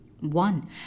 One